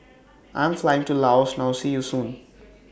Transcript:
I Am Flying to Laos now See YOU Soon